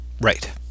right